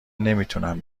نمیتونم